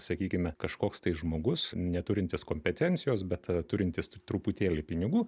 sakykime kažkoks tai žmogus neturintis kompetencijos bet turintis truputėlį pinigų